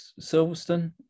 Silverstone